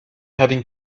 having